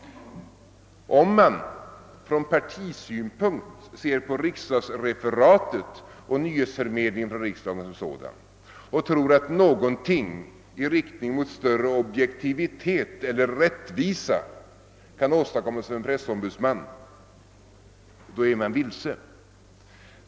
Om man från partisynpunkt ser på riksdagsreferatet och nyhetsförmedlingen från riksdagen som sådan och tror att någonting i riktning mot större objektivitet eller rättvisa kan åstadkommas av en pressombudsman, far man vilse.